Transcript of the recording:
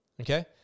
okay